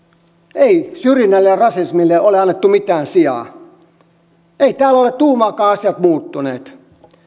ei syrjinnälle ja rasismille ole annettu mitään sijaa eivät täällä ole tuumaakaan asiat muuttuneet